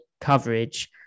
coverage